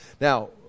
Now